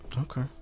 okay